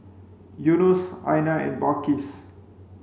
Yunos Aina and Balqis